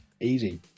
easy